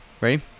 Ready